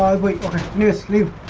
we knew knew